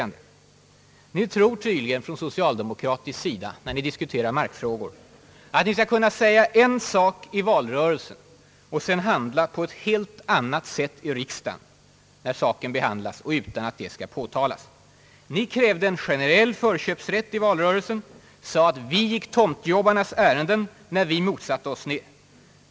Ni tror tydligen från socialdemokratiskt håll att ni, när ni diskuterar markfrågor, skall kunna säga en sak i valrörelsen och sedan handla på eti helt annat sätt i riksdagen när frågan behandlas — utan att det skall kunna påtalas. Ni krävde en generell förköpsrätt i valrörelsen och sade att vi gick tomtjobbarnas ärenden när vi motsatte oss detta.